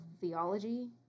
theology